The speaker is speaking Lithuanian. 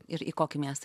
ir į kokį miestą